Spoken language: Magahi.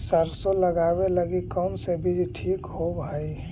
सरसों लगावे लगी कौन से बीज ठीक होव हई?